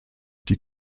die